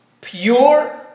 pure